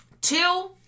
Two